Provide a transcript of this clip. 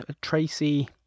Tracy